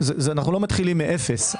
אנו לא מתחילים מאפס.